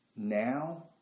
Now